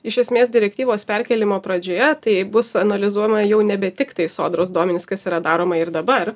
iš esmės direktyvos perkėlimo pradžioje tai bus analizuojama jau nebe tiktai sodros duomenys kas yra daroma ir dabar